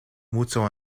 mucho